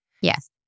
Yes